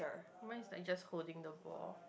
mine is like just holding the ball